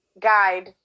guide